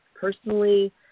Personally